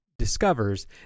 Discovers